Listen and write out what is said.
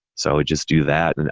so i'd just do that. and